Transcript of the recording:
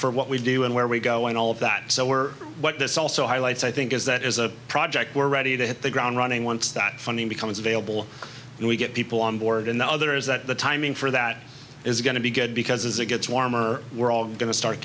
for what we do and where we go and all of that so we're what this also highlights i think is that as a project we're ready to hit the ground running once that funding becomes available and we get people on board and the other is that the timing for that is going to be good because as it gets warmer we're all going to start